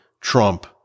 Trump